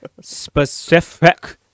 specific